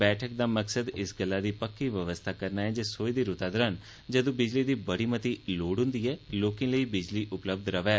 meeting दा मकसद इस गल्लै दी पक्की व्यवस्था करना हा जे सोए दी रूतै दरान जदूं बिजली दी बड़ी मती लोड़ होन्दी ऐ लोकें लेई बिजली उपलब्ध रवै